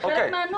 זה חלק מהנוהל,